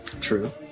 True